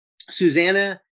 Susanna